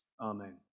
Amen